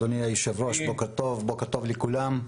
בוקר טוב לכולם.